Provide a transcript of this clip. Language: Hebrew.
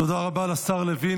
תודה רבה לשר לוין.